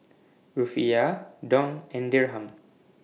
Rufiyaa Dong and Dirham